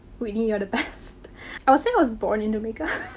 whitney, you're the best. i would say i was born into makeup,